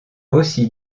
aussi